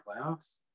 playoffs